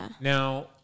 Now